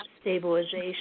stabilization